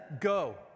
go